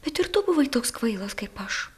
bet ir tu buvai toks kvailas kaip aš